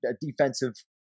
defensive